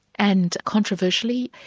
and controversially,